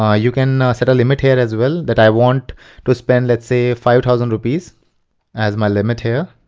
ah you can set a limit here as well that i want to spend let's say five thousand rupees as my limit here.